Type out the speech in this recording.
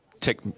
take